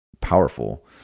powerful